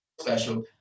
special